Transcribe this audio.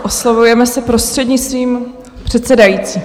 Opět, oslovujeme se prostřednictvím předsedající.